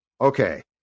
Okay